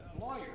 lawyer